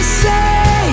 say